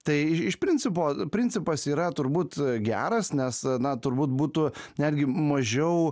tai i iš principo principas yra turbūt geras nes na turbūt būtų netgi mažiau